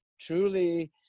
truly